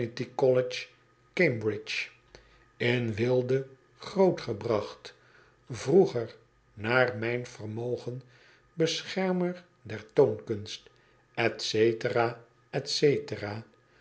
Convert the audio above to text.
cambridgc in weelde grootgebracht vroeger naar mijn vermogen beschermer der toonkunst etc etc